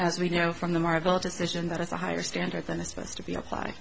as we know from the marvelous decision that has a higher standard than the supposed to be applied